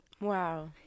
Wow